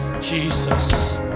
Jesus